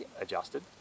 adjusted